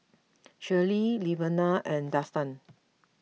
Shirlee Levina and Dustan